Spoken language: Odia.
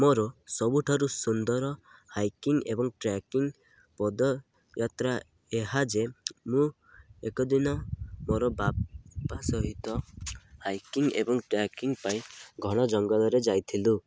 ମୋର ସବୁଠାରୁ ସୁନ୍ଦର ହାଇକିଂ ଏବଂ ଟ୍ରାକିଂ ପଦଯାତ୍ରା ଏହା ଯେ ମୁଁ ଏକଦିନ ମୋର ବାପା ସହିତ ହାଇକିଂ ଏବଂ ଟ୍ରାକିଂ ପାଇଁ ଘଣ ଜଙ୍ଗଲରେ ଯାଇଥିଲୁ